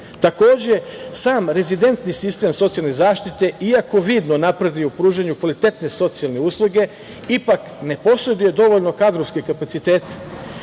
života. Takođe, sam rezidentni sistem socijalne zaštite, iako vidno napreduje u pružanju kvalitetne socijalne usluge, ipak ne poseduje dovoljno kadrovske kapacitete